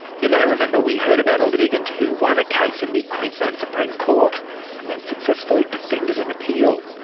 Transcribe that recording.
you may remember we heard about a litigant who won a case in the queensland supreme court and then successfully defended an appeal.